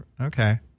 Okay